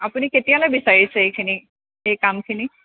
আপুনি কেতিয়ালৈ বিচাৰিছে এইখিনি এই কামখিনি